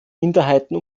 minderheiten